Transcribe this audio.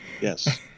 yes